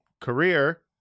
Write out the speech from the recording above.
career